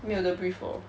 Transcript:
没有的 breathe lor